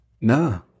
No